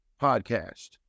podcast